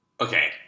Okay